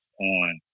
on